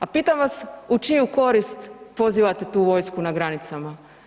A pitam vas, u čiju korist pozivate tu vojsku na granicama?